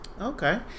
okay